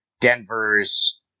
Denver's